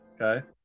Okay